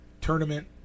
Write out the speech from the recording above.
tournament